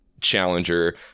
challenger